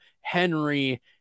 Henry